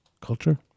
Culture